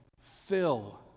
fill